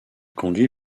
conduit